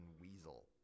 weasel